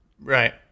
right